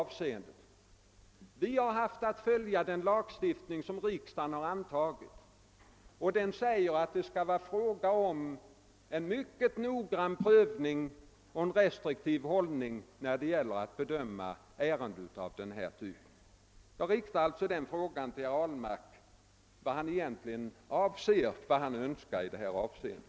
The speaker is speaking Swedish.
Vi har haft att följa den lagstiftning som riksdagen har antagit, och enligt den skall det göras en mycket noggrann prövning och intas en restriktiv hållning när ärenden av denna typ skall bedömas. Jag frågar därför herr Ahlmark vad han egentligen önskar i detta avseende.